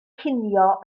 cinio